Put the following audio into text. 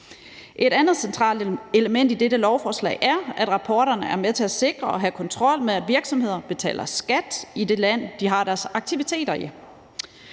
Et andet centralt element i dette lovforslag er, at rapporterne er med til at sikre og have kontrol med, at virksomhederne betaler skat i det land, de har deres aktiviteter i.